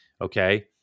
Okay